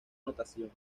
notación